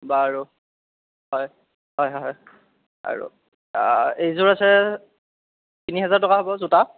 বাৰু হয় হয় হয় হয় আৰু এইযোৰ আছে তিনি হাজাৰ টকা হ'ব জোতা